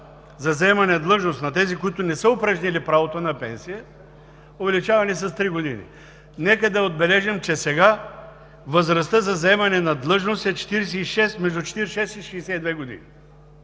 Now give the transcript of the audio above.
за заемане на длъжност на тези, които не са упражнили правото си на пенсия, увеличаване с три години. Нека да отбележим, че сега възрастта за заемане на длъжност е между 46 и 62 години